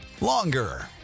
longer